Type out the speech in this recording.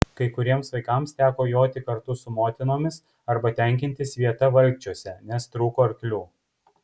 kai kuriems vaikams teko joti kartu su motinomis arba tenkintis vieta valkčiuose nes trūko arklių